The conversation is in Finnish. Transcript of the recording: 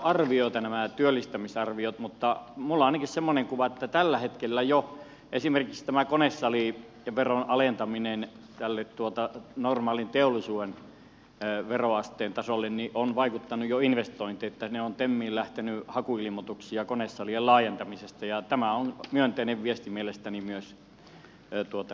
todellakin nämä työllistämisarviot ovat arvioita mutta minulla ainakin on semmoinen kuva että jo tällä hetkellä esimerkiksi tämän konesaliveron alentaminen normaalin teollisuuden veroasteen tasolle on jo vaikuttanut investointeihin niin että on temiin lähtenyt hakuilmoituksia konesalien laajentamisesta ja tämä on myönteinen viesti mielestäni myös tuonne elinkeinoelämään